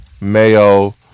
Mayo